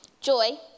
joy